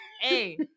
Hey